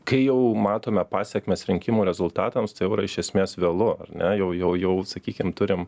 kai jau matome pasekmes rinkimų rezultatams tai jau yra iš esmės vėlu ar ne jau jau jau sakykim turim